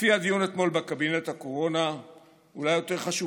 לפי הדיון אתמול בקבינט הקורונה אולי יותר חשוב